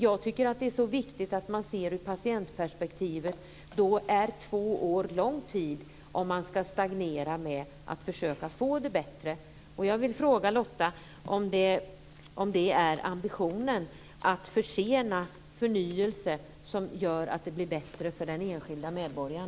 Jag tycker att det är så viktigt att man ser detta ur patientperspektivet. Då är två år en långt tid om man ska stagnera när det handlar om att försöka få det bättre.